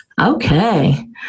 Okay